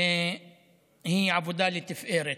היא עבודה לתפארת.